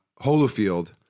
Holofield